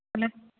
hello